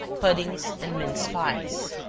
puddings, and mince pies.